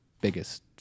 biggest